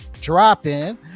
drop-in